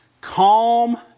calm